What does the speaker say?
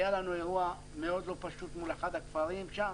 היה לנו אירוע מאוד לא פשוט מול אחד הכפרים שם.